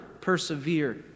persevere